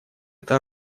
эта